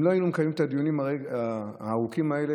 אם לא היינו מקיימים את הדיונים הארוכים האלה,